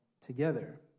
together